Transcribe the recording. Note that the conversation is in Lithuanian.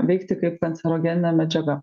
veikti kaip kancerogeninė medžiaga